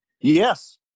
Yes